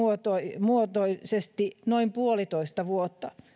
erimuotoisesti noin puolitoista vuotta